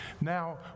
Now